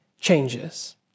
changes